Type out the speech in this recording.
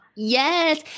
Yes